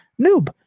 noob